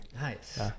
Nice